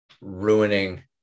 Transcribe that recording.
ruining